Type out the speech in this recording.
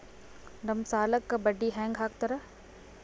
ನಮ್ ಸಾಲಕ್ ಬಡ್ಡಿ ಹ್ಯಾಂಗ ಹಾಕ್ತಾರ?